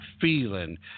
feeling